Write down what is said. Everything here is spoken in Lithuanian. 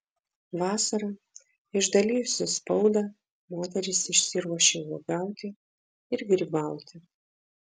vasarą išdalijusi spaudą moteris išsiruošia uogauti ir grybauti